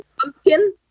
Pumpkin